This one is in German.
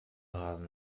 rasen